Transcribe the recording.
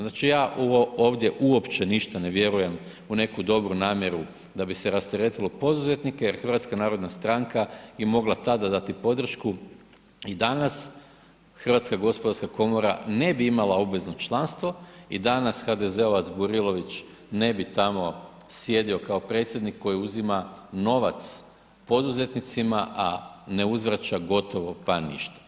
Znači ja ovdje uopće ništa ne vjerujem u neku dobru namjeru da bi se rasteretilo poduzetnike jer HNS je mogla tada dati podršku i danas HGK ne bi imala obvezno članstvo i danas HDZ-ovac Burilović ne bi tamo sjedio kao predsjednik koji uzima novac poduzetnicima a ne uzvraća gotovo pa ništa.